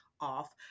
off